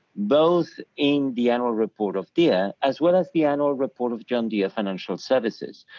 both in the annual report of deere as well as the annual report of john deere financial services.